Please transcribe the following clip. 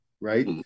right